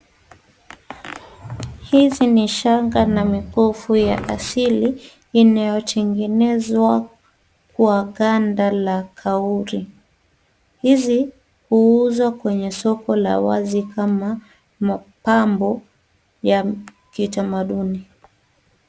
Hizi ni shanga na mikufu ya asili inayotengenezwa kwa ganda la kauri. Hizi huuzwa kwa soko la wazi kama mapambo ya kiutamaduni.